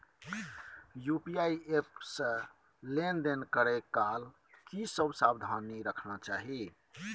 UPI app से लेन देन करै काल की सब सावधानी राखना चाही?